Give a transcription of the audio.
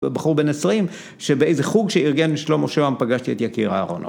בחור בין עשרים, שבאיזה חוג שאירגן שלמה שהם פגשתי את יקיר אהרונוב.